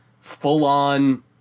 full-on